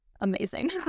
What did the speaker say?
amazing